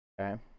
Okay